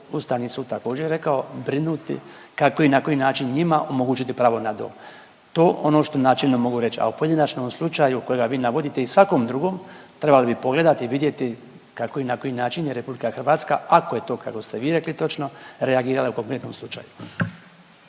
Ustavni sud također rekao, brinuti kako i na koji način njima omogućiti pravo na dom. To ono što načelno mogu reć, a u pojedinačnom slučaju kojega vi navodite i svakom drugom, trebalo bi pogledati i vidjeti kako i na koji način je RH, ako je to kako ste vi rekli točno, reagirala u konkretnom slučaju.